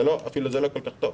זה אפילו לא כל כך טוב,